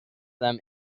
them